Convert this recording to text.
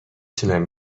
تونم